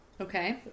okay